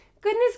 Goodness